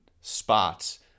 spots